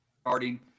starting